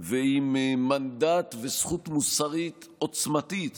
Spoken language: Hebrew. ועם מנדט וזכות מוסרית עוצמתית